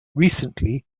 recently